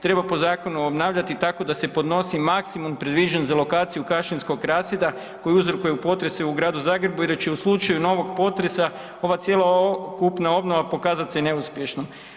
Treba po zakonu obnavljati tako da se podnosi maksimum previđen za lokaciju kašinskog rasjeda koji uzrokuje potrese u gradu Zagrebu i da će u slučaju novog potresa, ova cjelokupna obnova pokazat se neuspješnom.